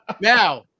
Now